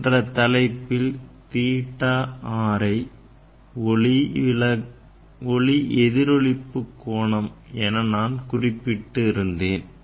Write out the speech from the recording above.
சென்ற தலைப்பில் theta r ஐ ஒளி எதிரொளிப்பு கோணம் என குறிப்பிட்டு இருந்தேன்